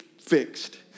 fixed